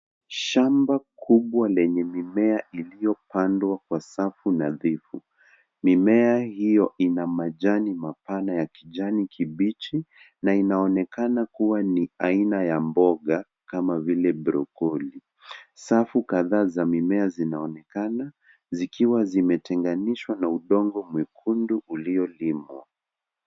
Shamba kubwa lenye mimea iliyopandwa kwa safu nadhifu. Mimea hiyo ina majani mapana ya kijani kibichi na inaonekana kuwa ni aina ya mboga kama vile brokoli. Safu kadhaa za mimea zinaonekana zikiwa zimetenganishwa na udongo mwekundu uliolimwa.